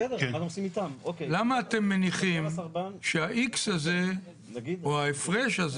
למה אתם מניחים שה-X הזה או ההפרש הזה